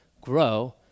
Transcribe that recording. grow